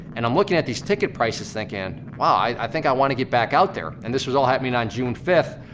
and i'm looking at these ticket prices thinking, wow, i think i wanna get back out there. and this was all happening on june fifth,